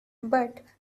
but